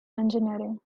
engineering